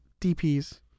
DPs